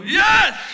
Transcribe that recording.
yes